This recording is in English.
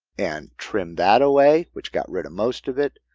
and trim that away, which got rid of most of it.